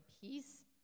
peace